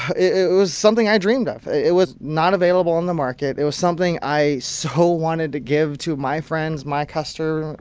it was something i dreamed of. it was not available on the market. it was something i so wanted to give to my friends, my you and